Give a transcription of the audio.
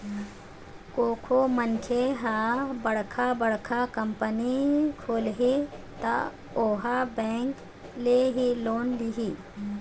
कोनो मनखे ह बड़का बड़का कंपनी खोलही त ओहा बेंक ले ही लोन लिही